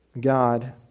God